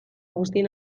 guztien